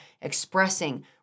expressing